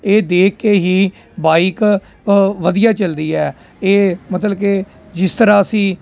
ਇਹ ਦੇਖ ਕੇ ਹੀ ਬਾਈਕ ਵਧੀਆ ਚੱਲਦੀ ਹੈ ਇਹ ਮਤਲਬ ਕਿ ਜਿਸ ਤਰ੍ਹਾਂ ਅਸੀਂ